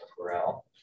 corral